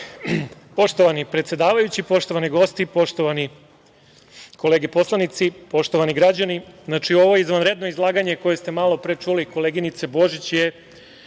Poštovani predsedavajući, poštovani gosti, poštovane kolege poslanici, poštovani građani, ovo izvanredno izlaganje koje ste malopre čuli koleginice Božić